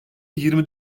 yirmi